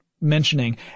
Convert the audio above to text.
mentioning